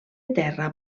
terra